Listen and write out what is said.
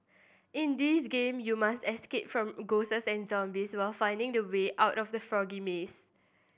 in this game you must escape from ghosts and zombies while finding the way out of the foggy maze